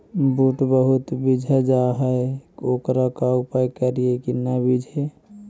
बुट बहुत बिजझ जा हे ओकर का उपाय करियै कि न बिजझे?